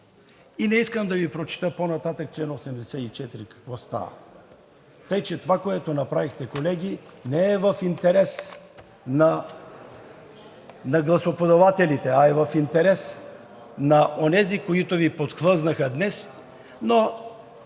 и не искам да Ви прочета по-нататък в чл. 84 какво става. Така че това, което направихте, колеги, не е в интерес на гласоподавателите, а е в интерес на онези, които Ви подхлъзнаха днес, но